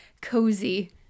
cozy